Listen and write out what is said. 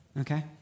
Okay